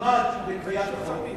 מעמד בקביעת חוק,